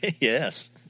Yes